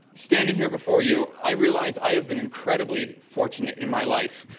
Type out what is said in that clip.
standing here before you, i realize i have been incredibly fortunate in my life,